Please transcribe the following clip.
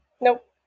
Nope